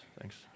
Thanks